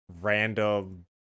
Random